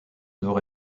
nord